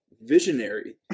visionary